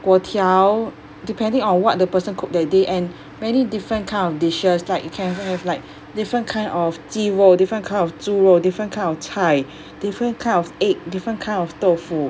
粿条 depending on what the person cook that day and many different kind of dishes like you can have like different kind of 鸡肉 different kind of 猪肉 different kind of 菜 different kind of egg different kind of 豆腐